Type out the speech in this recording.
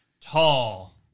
tall